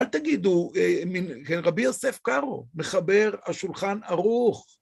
אל תגידו, רבי יוסף קארו, מחבר השולחן ערוך.